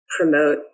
promote